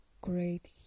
great